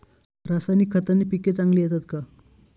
रासायनिक खताने पिके चांगली येतात का?